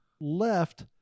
left